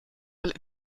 weil